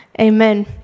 Amen